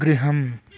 गृहम्